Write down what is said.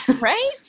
Right